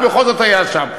בכל זאת היה שם.